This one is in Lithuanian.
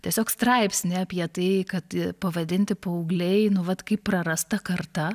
tiesiog straipsnį apie tai kad pavadinti paaugliai nu vat kaip prarasta karta